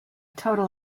total